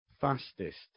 fastest